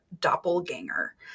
Doppelganger